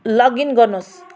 login गर्नुहोस्